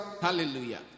Hallelujah